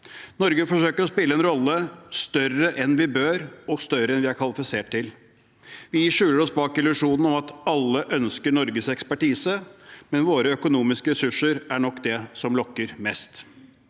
Norge forsøker å spille en rolle som er større enn den vi bør spille, og som er større enn vi er kvalifisert til. Vi skjuler oss bak illusjonen om at alle ønsker Norges ekspertise, men våre økonomiske ressurser er nok det som lokker mest.